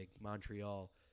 Montreal